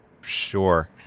Sure